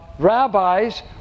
Rabbis